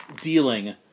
dealing